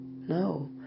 no